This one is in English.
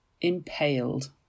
impaled